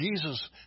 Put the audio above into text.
Jesus